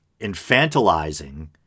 infantilizing